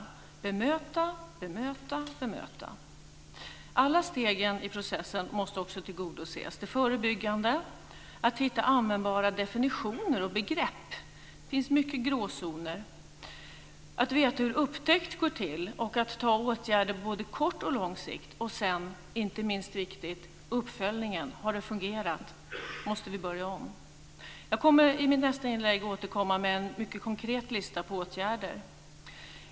Man ska bemöta, bemöta och bemöta. Alla stegen i processen måste också tillgodoses. Det gäller det förebyggande arbetet och att hitta användbara definitioner och begrepp. Det finns många gråzoner. Det gäller att veta hur upptäckt går till och att vidta åtgärder på både kort och lång sikt. Inte minst viktig är uppföljningen. Har det fungerat? Måste vi börja om? Jag kommer i mitt nästa inlägg att återkomma med en lista med mycket konkreta åtgärder.